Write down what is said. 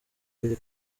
biri